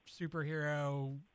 superhero